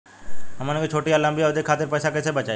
हमन के छोटी या लंबी अवधि के खातिर पैसा कैसे बचाइब?